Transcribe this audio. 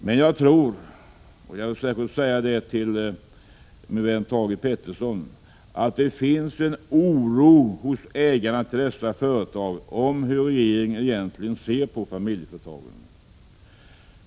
Men jag tror — och det vill jag särskilt säga till min vän Thage Peterson — att det finns en oro hos ägarna till dessa företag över hur regeringen egentligen ser på familjeföretagen.